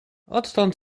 odtąd